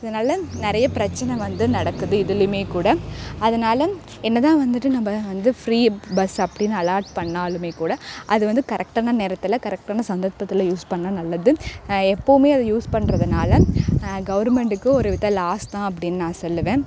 இதனால் நிறைய பிரச்சனை வந்து நடக்குது இதுலேயுமே கூட அதனால் என்ன தான் வந்துட்டு நம்ம வந்து ஃப்ரீ பஸ் அப்படின்னு அலாட் பண்ணாலுமேக் கூட அது வந்து கரெக்டான நேரத்தில் கரெக்டான சந்தர்ப்பத்தில் யூஸ் பண்ணிணா நல்லது எப்பவும் இதை யூஸ் பண்ணுறதுனால கவர்மெண்ட்டுக்கு ஒரு வித லாஸ் தான் அப்படின்னு நான் சொல்லுவேன்